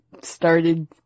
started